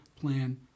plan